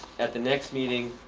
at the next meeting